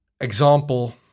example